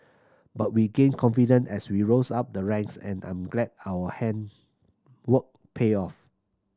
but we gained confident as we rose up the ranks and I'm glad our hand work paid off